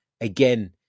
again